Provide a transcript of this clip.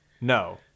No